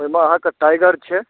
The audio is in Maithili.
ओहिमे अहाँक टाइगर छै